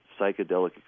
psychedelic